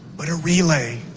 but a relay.